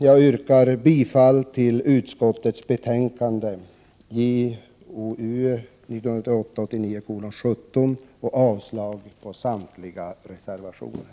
Jag yrkar bifall till utskottets hemställan i betänkandet JoU 1988/89:17 och avslag på samtliga reservationer.